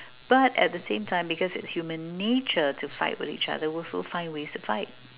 but at the same time because it's human nature to fight with each other we'll still find ways to fight